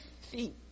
feet